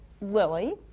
Lily